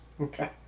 Okay